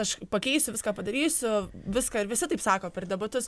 aš pakeisiu viską padarysiu viską ir visi taip sako per debatus